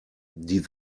die